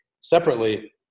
separately